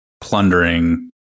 plundering